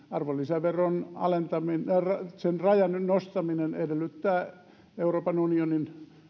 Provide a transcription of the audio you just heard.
arvonlisäveron rajan nostaminen edellyttää euroopan unionin